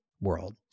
world